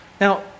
Now